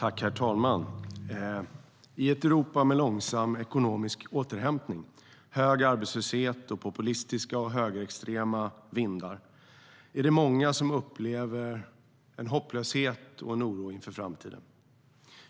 Herr talman! I ett Europa med långsam ekonomisk återhämtning, hög arbetslöshet och populistiska och högerextrema vindar är det många som upplever en hopplöshet och en oro inför framtiden.